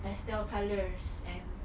pastel colours and